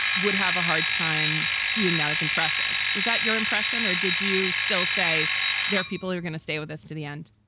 would have a hard time seeing that as impressive. was that your impression or did you still say there are people who are going to stay with us to the end?